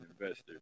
investor